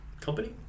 company